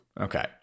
Okay